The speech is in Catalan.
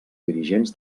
dirigents